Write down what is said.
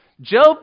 Job